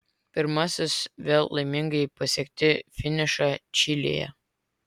pirmasis vėl laimingai pasiekti finišą čilėje